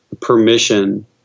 permission